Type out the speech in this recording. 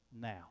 now